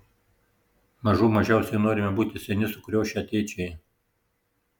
mažų mažiausiai norime būti seni sukriošę tėčiai